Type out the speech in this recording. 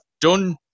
done